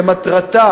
שמטרתה